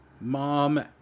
mom